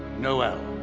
noel.